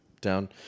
down